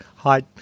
Hi